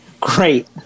Great